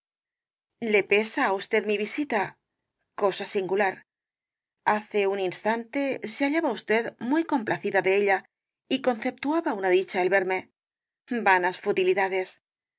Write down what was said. le pesa á usted mi visita cosa singular hace un instante se hallaba usted muy complacida de ella y conceptuaba una dicha el verme vanas futilidades